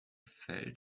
fell